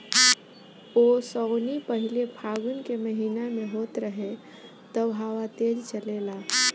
ओसौनी पहिले फागुन के महीना में होत रहे तब हवा तेज़ चलेला